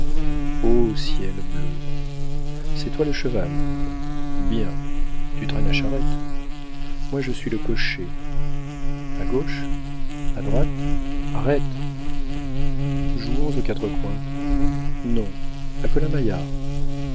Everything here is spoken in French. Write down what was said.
ô ciel bleu c'est toi le cheval bien tu traînes la charrette moi je suis le cocher a gauche à droite arrête jouons aux quatre coins non